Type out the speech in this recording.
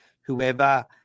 whoever